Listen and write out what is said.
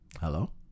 Hello